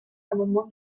l’amendement